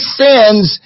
sins